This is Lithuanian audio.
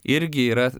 irgi yra